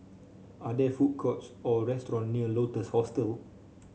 are there food courts or restaurant near Lotus Hostel